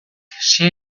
sei